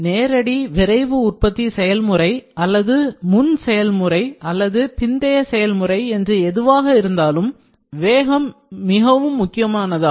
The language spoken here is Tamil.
நேரடி விரைவு உற்பத்தி செயல்முறை அல்லது ஒரு முன் செயல்முறை அல்லது ஒரு பிந்தைய செயல்முறை என்று எதுவாக இருந்தாலும் வேகம் மிகவும் முக்கியமானதாகும்